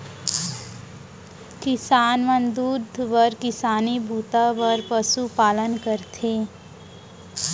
किसान मन दूद बर किसानी बूता बर पसु पालन करथे